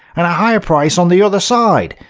and a higher price on the other side.